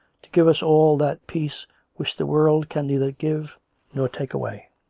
to give us all that peace which the world can neither give nor take away.